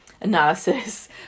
analysis